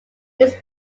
its